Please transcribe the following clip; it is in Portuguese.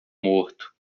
morto